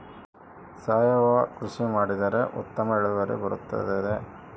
ಸಾವಯುವ ಕೃಷಿ ಮಾಡಿದರೆ ಉತ್ತಮ ಇಳುವರಿ ಬರುತ್ತದೆಯೇ?